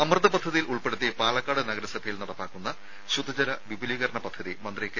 അമൃത് പദ്ധതിയിൽ ഉൾപ്പെടുത്തി പാലക്കാട് നഗരസഭയിൽ നടപ്പാക്കുന്ന ശുദ്ധജല വിപുലീകരണ പദ്ധതി മന്ത്രി കെ